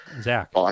Zach